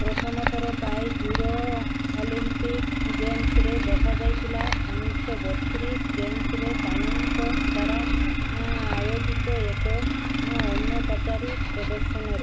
ପ୍ରଥମ ଥର ପାଇଁ ଜୁରୋ ଅଲିମ୍ପିକ୍ ଗେମ୍ସରେ ଦେଖାଯାଇଥିଲା ଉଣେଇଶି ଶହ ବତିଶି ଗେମ୍ସରେ କାନୋଙ୍କ ଦ୍ୱାରା ଆୟୋଜିତ ଏକ ଅନୌପଚାରିକ ପ୍ରଦର୍ଶନରେ